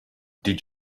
did